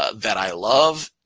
ah that i love.